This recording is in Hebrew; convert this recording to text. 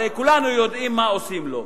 הרי כולנו יודעים מה עושים לו.